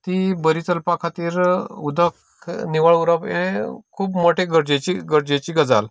ती बरी करपा खातीर उदक निवळ उरप हें खूब मोठें गरजेची गरजेची गजाल